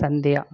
Sandhya